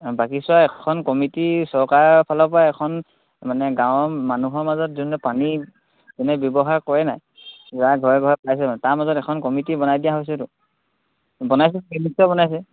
বাকীছোৱা এখন কমিটি চৰকাৰৰফালৰপৰা এখন মানে গাঁৱৰ মানুহৰ মাজত যোনে পানী যোনে ব্যৱহাৰ কৰে নাই যাৰ ঘৰে ঘৰে পাইছে মানে তাৰ মাজত এখন কমিটি বনাই দিয়া হৈছেতো বনাইছে নিশ্চয় বনাইছে